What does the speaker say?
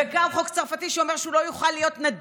עוד מעט אני אסביר